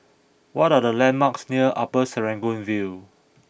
what are the landmarks near Upper Serangoon View